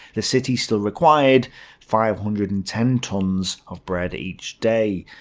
the city still required five hundred and ten tons of bread each day.